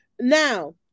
Now